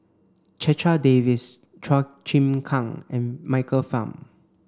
Checha Davies Chua Chim Kang and Michael Fam